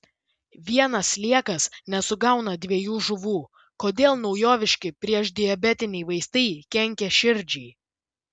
vienas sliekas nesugauna dviejų žuvų kodėl naujoviški priešdiabetiniai vaistai kenkia širdžiai